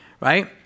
right